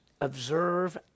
observe